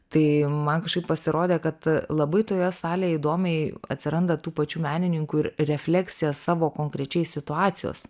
tai man kažkaip pasirodė kad labai toje salėj įdomiai atsiranda tų pačių menininkų ir refleksija savo konkrečiai situacijos